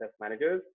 managers